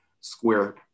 square